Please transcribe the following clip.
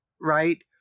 right